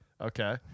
okay